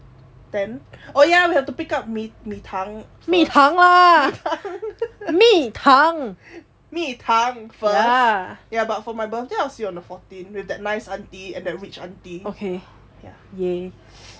tenth oh ya we have to pick up 蜜糖 蜜糖蜜糖 first ya but for my birthday I will see you on the fourteenth with that nice aunty and that rich aunty